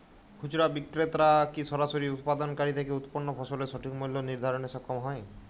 খুচরা বিক্রেতারা কী সরাসরি উৎপাদনকারী থেকে উৎপন্ন ফসলের সঠিক মূল্য নির্ধারণে সক্ষম হয়?